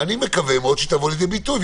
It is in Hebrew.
אני מקווה מאוד שהיא תבוא לידי ביטוי.